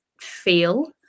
feel